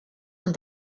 and